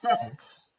sentence